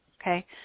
okay